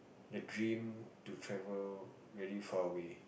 the dream to travel really far away